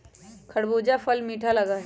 खरबूजा फल मीठा लगा हई